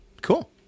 Cool